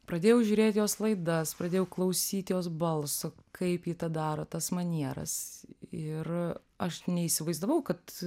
pradėjau žiūrėt jos laidas pradėjau klausyt jos balso kaip ji tą daro tas manieras ir aš neįsivaizdavau kad